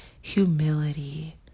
humility